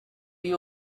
you